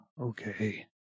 okay